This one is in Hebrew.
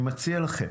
אני מציע לכם